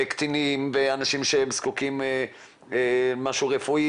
קטינים ואנשים שזקוקים למשהו רפואי